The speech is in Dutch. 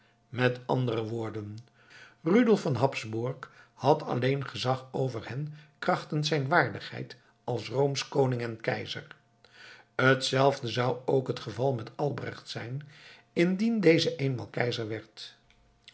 met andere woorden rudolf van habsburg had alleen gezag over hen krachtens zijne waardigheid als roomsch koning en keizer hetzelfde zou ook het geval met albrecht zijn indien deze eenmaal keizer werd